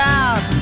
out